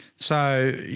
so you